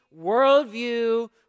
worldview